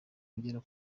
nagera